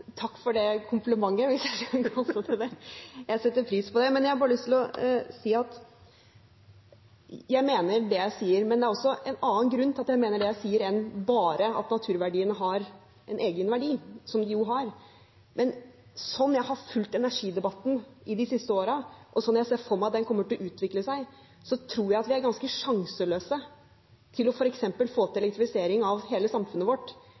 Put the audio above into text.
Takk for den komplimenten – hvis jeg får lov til å si det. Jeg setter pris på det. Jeg mener det jeg sier, men det er også en annen grunn enn bare at naturverdiene har en egen verdi – som de jo har – til at jeg sier det jeg sier. Sånn jeg har fulgt energidebatten de siste årene, og sånn jeg ser for meg at den kommer til å utvikle seg, tror jeg vi er ganske sjanseløse til f.eks. å få til elektrifisering av hele samfunnet vårt